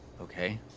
Okay